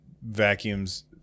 vacuums